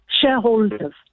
shareholders